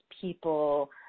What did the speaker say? people